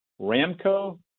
Ramco